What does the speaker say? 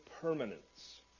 permanence